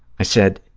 i said,